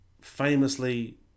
famously